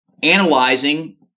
analyzing